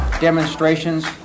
demonstrations